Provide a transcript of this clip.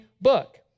book